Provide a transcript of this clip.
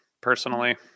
personally